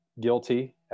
guilty